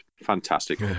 Fantastic